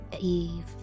eve